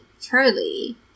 Charlie